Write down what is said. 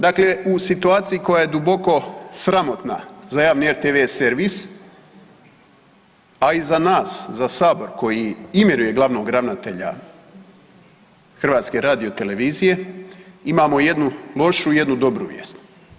Dakle, u situaciji koja je duboko sramotna za javni RTV servis, a i za nas, za Sabor koji imenuje glavnog ravnatelja HRT-a, imamo jednu lošu i jednu dobru vijest.